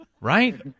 right